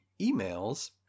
emails